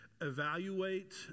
evaluate